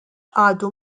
għadu